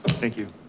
thank you.